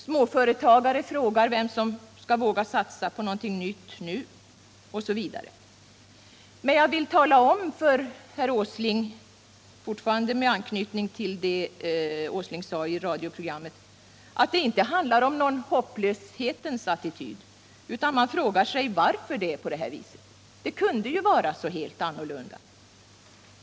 Småföretagare frågar vem som skall våga satsa på någonting nytt nu, osv. Men jag vill tala om för herr Åsling — fortfarande med anknytning till det han sade i radioprogrammet — att det inte handlar om någon hopplöshetens attityd, utan man frågar sig varför det är på det här viset. Det kunde ju vara så helt annorlunda.